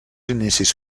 inicis